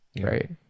right